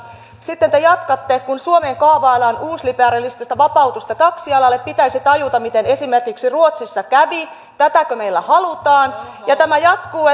sitten te jatkatte kun suomeen kaavaillaan uusliberalistista vapautusta taksialalle pitäisi tajuta miten esimerkiksi ruotsissa kävi tätäkö meillekin halutaan tämä jatkuu